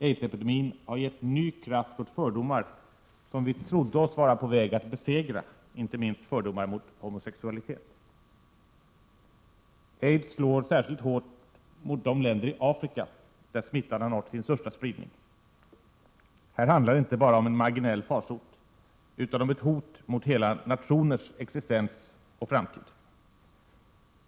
Aidsepidemin har gett ny kraft åt fördomar som vi trodde oss vara på väg att besegra, inte minst fördomar om homosexualitet. Aids slår särskilt hårt mot de länder i Afrika där smittan har nått sin största spridning. Här handlar det inte bara om en marginell farsot utan om ett hot mot hela nationers existens och framtid.